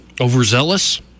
Overzealous